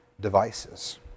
devices